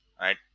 Right